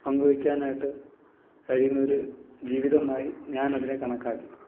പങ്കുവയ്ക്കാനായിട്ട് കഴിയുന്ന ഒരു ജീവിതമായി ഞാൻ അതിനെ കണക്കാക്കി